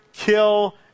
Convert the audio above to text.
Kill